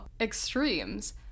extremes